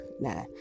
nah